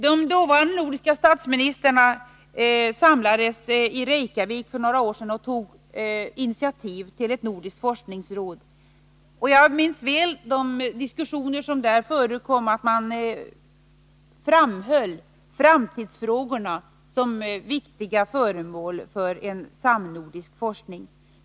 De dåvarande nordiska statsministrarna samlades i Reykjavik för några år sedan och tog initiativ till ett nordiskt forskningsråd. Jag minns väl de diskussioner som förekom där. Man framhöll framtidsfrågorna som viktiga föremål för en samnordisk forskning.